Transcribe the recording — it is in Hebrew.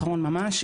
אחרון ממש.